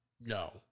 No